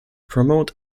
promote